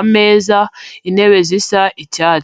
ameza, intebe zisa icyatsi.